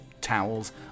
towels